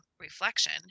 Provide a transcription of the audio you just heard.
reflection